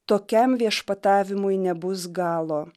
tokiam viešpatavimui nebus galo